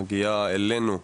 מגיעה אלינו,